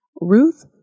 Ruth